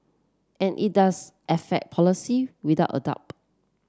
and it does affect policy without a doubt